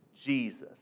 Jesus